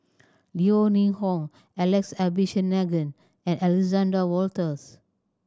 Yeo Ning Hong Alex Abisheganaden and Alexander Wolters